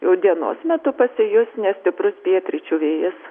jau dienos metu pasijus nestiprus pietryčių vėjas